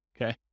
okay